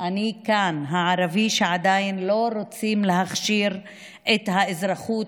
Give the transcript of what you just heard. אני כאן הערבי שעדיין לא רוצים להכשיר את האזרחות